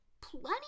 Plenty